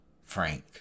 frank